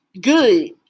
Good